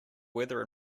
weather